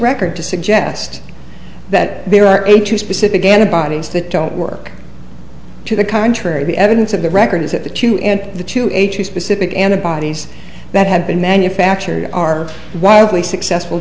record to suggest that there are two specific antibodies that don't work to the contrary the evidence of the record is that the two and the two specific antibodies that have been manufactured are wildly successful